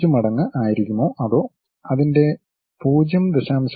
5 മടങ്ങ് ആയിരിക്കുമോ അതോ അതിന്റെ 0